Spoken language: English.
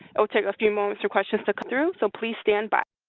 it will take a few moments for questions to come through. so please stand by.